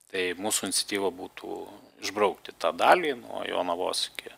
tai mūsų iniciatyva būtų išbraukti tą dalį nuo jonavos iki